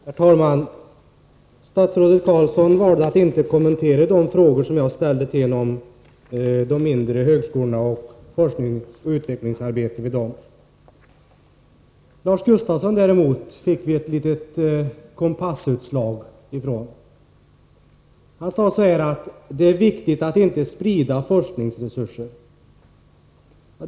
Herr talman! Statsrådet Carlsson valde att inte kommentera de frågor jag ställde till honom om de mindre högskolorna och forskningsoch utvecklingsarbetet vid dem. Från Lars Gustafsson däremot fick vi ett litet kompassutslag. Han sade att det är viktigt att inte sprida forskningsresurser.